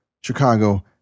Chicago